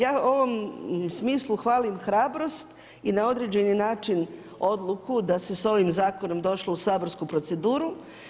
Ja u ovom smislu hvalim hrabrost i na određeni način odluku da se s ovim zakonom došlo u saborsku proceduru.